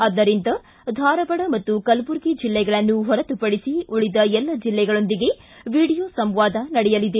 ಆದ್ದರಿಂದ ಧಾರವಾಡ ಮತ್ತು ಕಲಬುರಗಿ ಜಿಲ್ಲೆಗಳನ್ನು ಹೊರತುಪಡಿಸಿ ಉಳಿದ ಎಲ್ಲ ಜಿಲ್ಲೆಗಳೊಂದಿಗೆ ವಿಡಿಯೋ ಸಂವಾದ ನಡೆಯಲಿದೆ